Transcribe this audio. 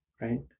right